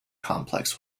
complex